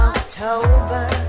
October